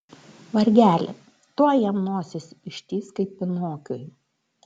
vargeli tuoj jam nosis ištįs kaip pinokiui